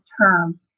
term